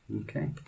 Okay